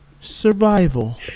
Survival